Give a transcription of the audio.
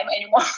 anymore